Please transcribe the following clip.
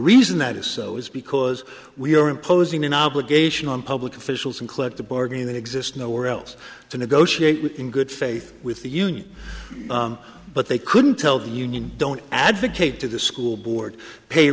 reason that is so is because we're imposing an obligation on public officials and clipped the bargain that exists nowhere else to negotiate with in good faith with the union but they couldn't tell the union don't advocate to the school board pay